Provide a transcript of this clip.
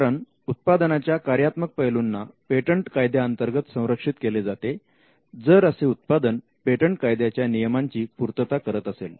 कारण उत्पादनाच्या कार्यात्मक पैलूंना पेटंट कायद्याअंतर्गत संरक्षित केले जाते जर असे उत्पादन पेटंट कायद्याच्या नियमांची पूर्तता करत असेल